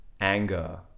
anger